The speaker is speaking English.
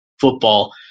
football